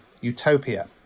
utopia